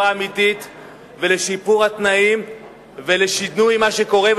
אמיתית ולשיפור התנאים ולשינוי מה שקורה,